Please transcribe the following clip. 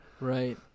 Right